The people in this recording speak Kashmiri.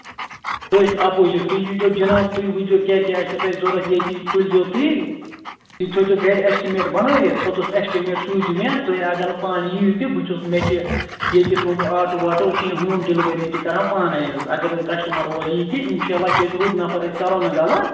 تٔتھۍ اَپوزِٹ تُہۍ یی تو جِناب تُہۍ وُچھ زیٚو کیٛاہ کیٛاہ آسِو تۄہہِ ضرَوٗرت ییٚتی تُلۍ زیٚو تُہۍ بیٚیہِ تھٲوِزیٚو گرِ ایسٹِمیٹ بَنٲوِتھ پوٚتُس ایسٹِمیٹ سوٗزِ مےٚ تُہۍ اَگر نہٕ پانہٕ یِیِو تہِ بہٕ چھُس مےٚ چھِ ییٚتہِ تھوٚومُت آٹوٗ واٹوٗ أسۍ چھِ یہِ ہوٗم ڈیلؤری تہِ کران پانَے حظ اَگر نہٕ کَسٹمَر اورٕ یِیہِ تہِ اِنشاللہ چھِ أسۍ رُت نَفر أسۍ کرو نہٕ غلط